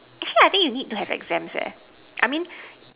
actually I think you need to have exams I mean